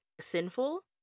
sinful